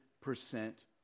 percent